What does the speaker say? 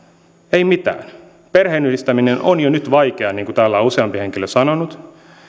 ei mitään perheenyhdistäminen on jo nyt vaikeaa niin kuin täällä on useampi henkilö sanonut